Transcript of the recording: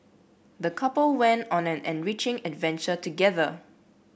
the couple went on an enriching adventure together